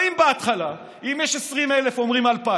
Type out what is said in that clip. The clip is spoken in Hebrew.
באים בהתחלה, אם יש 20,000, אומרים 2,000,